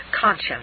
conscious